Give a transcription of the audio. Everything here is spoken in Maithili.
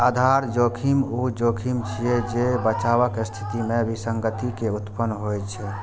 आधार जोखिम ऊ जोखिम छियै, जे बचावक स्थिति मे विसंगति के उत्पन्न होइ छै